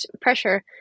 pressure